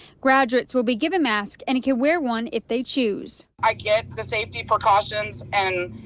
graduates will be given mask and if you wear one if they choose i get to safety precautions and.